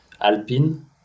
alpine